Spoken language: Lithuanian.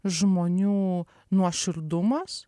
žmonių nuoširdumas